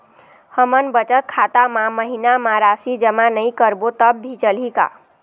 हमन बचत खाता मा महीना मा राशि जमा नई करबो तब भी चलही का?